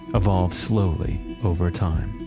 evolve slowly, over time.